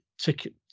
ticket